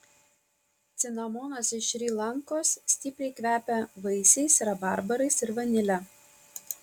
cinamonas iš šri lankos stipriai kvepia vaisiais rabarbarais ir vanile